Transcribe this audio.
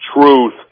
truth